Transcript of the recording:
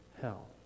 hell